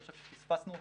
אני חושב שפספסנו אותו,